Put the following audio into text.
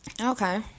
Okay